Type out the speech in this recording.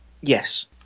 Yes